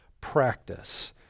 practice